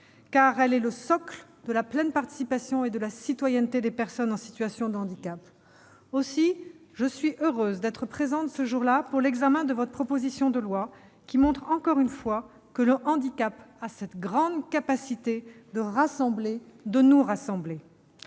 cette loi est le socle de la pleine participation et de la citoyenneté des personnes en situation de handicap. Aussi, je suis heureuse d'être présente aujourd'hui pour l'examen de cette proposition de loi qui montre, une fois encore, que le handicap a cette grande capacité de rassembler, de nous rassembler.